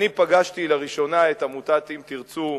אני פגשתי לראשונה את עמותת "אם תרצו"